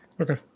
Okay